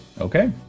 Okay